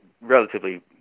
relatively